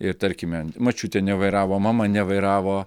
ir tarkime močiutė nevairavo mama nevairavo